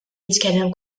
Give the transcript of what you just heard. jitkellem